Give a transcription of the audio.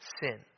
sin